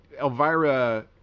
Elvira